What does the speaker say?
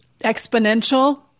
exponential